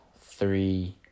three